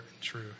true